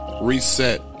reset